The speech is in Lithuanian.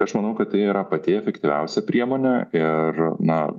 tai aš manau kad tai yra pati efektyviausia priemonė ir na